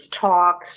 talks